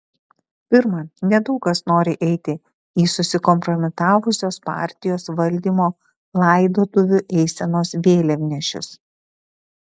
pirma nedaug kas nori eiti į susikompromitavusios partijos valdymo laidotuvių eisenos vėliavnešius